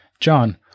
John